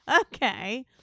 Okay